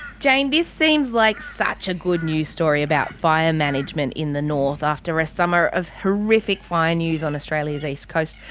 jane, this seems like such a good news story about fire management in the north, after a summer of horrific fire news on australia's east coast.